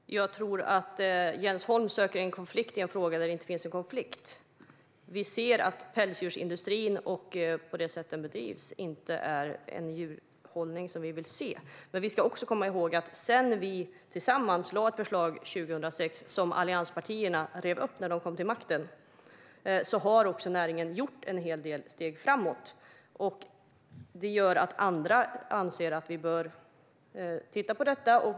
Fru talman! Jag tror att Jens Holm söker en konflikt i en fråga där det inte finns en konflikt. Vi ser att pälsdjursindustrin och det sätt den bedrivs på innebär en djurhållning vi inte vill se, men vi ska också komma ihåg att sedan vi tillsammans lade fram ett förslag år 2006 - ett förslag som allianspartierna rev upp när de kom till makten - har näringen tagit en hel del steg framåt. Det gör att andra anser att vi bör titta på detta.